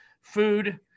food